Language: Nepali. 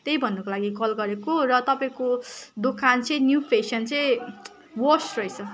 त्यही भन्नको लागि कल गरेको र तपाईँको दोकान चाहिँ न्यू फेसन चाहिँ वर्स्ट रहेछ